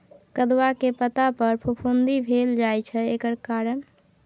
कदुआ के पता पर फफुंदी भेल जाय छै एकर कारण?